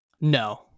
No